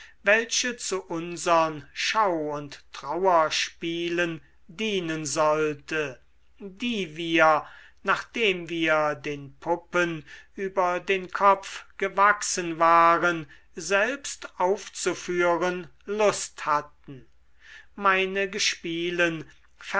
welche zu unsern schau und trauerspielen dienen sollte die wir nachdem wir den puppen über den kopf gewachsen waren selbst aufzuführen lust hatten meine gespielen